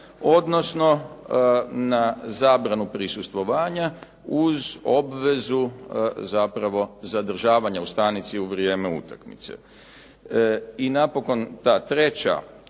odnosno na zabranu prisustvovanja uz obvezu zapravo zadržavanja u stanici u vrijeme utakmice. I napokon, ta treća